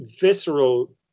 visceral